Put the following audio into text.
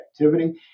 activity